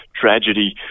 tragedy